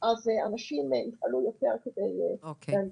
אנשים יפעלו יותר כדי להנגיש.